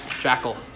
Jackal